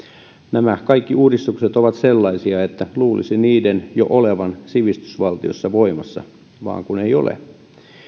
nämä kaikki uudistukset ovat sellaisia että luulisi niiden jo olevan sivistysvaltiossa voimassa vaan kun eivät ole